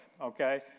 Okay